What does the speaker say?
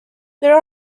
there